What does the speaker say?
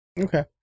Okay